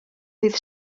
ddydd